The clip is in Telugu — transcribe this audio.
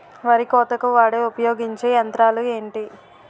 వరి కోతకు వాడే ఉపయోగించే యంత్రాలు ఏంటి?